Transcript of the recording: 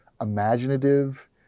imaginative